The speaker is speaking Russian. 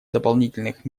дополнительных